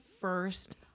first